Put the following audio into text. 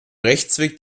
rechtsweg